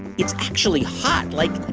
it's actually hot, like,